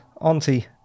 Auntie